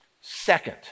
Second